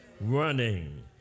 running